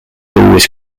always